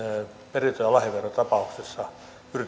perintö ja lahjaverotapauksessa